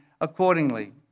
accordingly